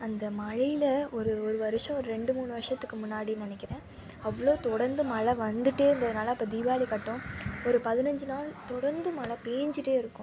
அந்த மழையில் ஒரு ஒரு வருடம் ரெண்டு மூணு வருடத்துக்கு முன்னாடி நெனைக்கிறேன் அவ்வளோ தொடந்து மழை வந்துட்டே இருந்ததினால இப்போ தீபாளி கட்டம் ஒரு பதினைஞ்சி நாள் தொடந்து மழை பேய்ஞ்சிட்டே இருக்கும்